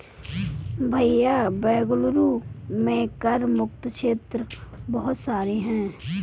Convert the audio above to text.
भैया बेंगलुरु में कर मुक्त क्षेत्र बहुत सारे हैं